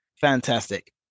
Fantastic